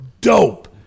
dope